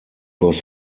was